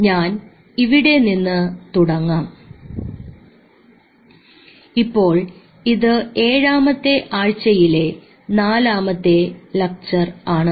ഞാൻ ഇവിടെ നിന്നു തുടങ്ങാം അപ്പോൾ ഇത് ഏഴാമത്തെ ആഴ്ചയിലെ നാലാമത്തെ ലക്ച്ചർ ആണ്